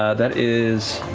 that is